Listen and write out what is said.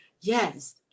yes